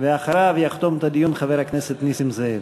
אחריו יחתום את הדיון חבר הכנסת נסים זאב.